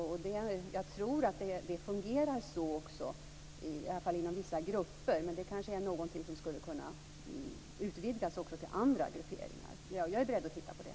Jag tror att det fungerar så också, i alla fall inom vissa grupper, men det är kanske något som skulle kunna utvidgas också till andra grupperingar. Jag är beredd att titta på det.